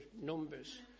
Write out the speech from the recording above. numbers